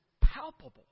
palpable